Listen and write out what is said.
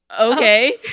okay